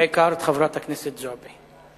בעיקר את חברת הכנסת זועבי.